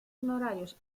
honorarios